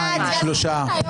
מי נגד?